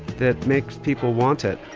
that makes people want it.